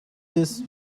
this